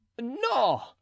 No